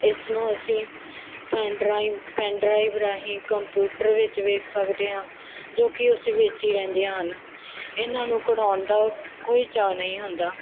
ਇਸ ਨੂੰ ਅਸੀਂ ਪੈਨ ਡਰਾਈਵ ਪੈਨ ਡਰਾਈਵ ਰਾਹੀਂ ਕੰਪਿਊਟਰ ਵਿੱਚ ਵੇਖ ਸਕਦੇ ਹਾਂ ਜੋ ਕਢਾਉਣ ਉਸ ਵਿੱਚ ਹੀ ਰਹਿੰਦੀਆਂ ਹਨ ਇਹਨਾਂ ਨੂੰ ਕਢਾਉਣ ਦਾ ਕੋਈ ਚਾਅ ਨਹੀਂ ਹੁੰਦਾ